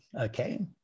okay